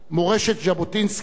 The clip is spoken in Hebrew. מורשת ז'בוטינסקי,